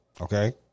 okay